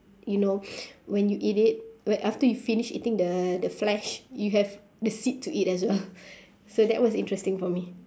you know when you eat it like after you finish eating the the flesh you have the seed to eat as well so that was interesting for me